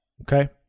Okay